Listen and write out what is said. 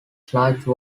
sludge